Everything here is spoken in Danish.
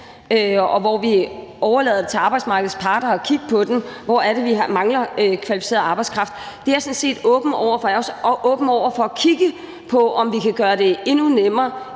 dag, som vi overlader til arbejdsmarkedets parter at kigge på: Hvor er det, vi mangler kvalificeret arbejdskraft? Det er jeg sådan set åben over for, jeg er også åben over for at kigge på, om vi kan gøre det endnu nemmere